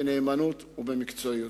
בנאמנות ובמקצועיות.